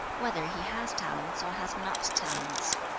whether he has talents or has not talents.